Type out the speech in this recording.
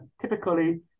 typically